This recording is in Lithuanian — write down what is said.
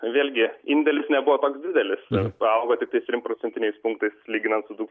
vėlgi indėlis nebuvo toks didelis paaugo tik trim procentiniais punktais lyginant su du